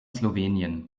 slowenien